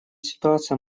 ситуация